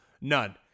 none